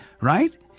right